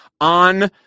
on